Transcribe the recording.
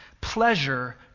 Pleasure